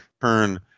turn